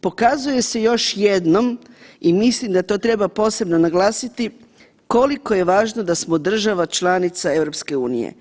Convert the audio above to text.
Pokazuje se još jednom i mislim da to treba posebno naglasiti koliko je važno da smo država članica EU.